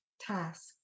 task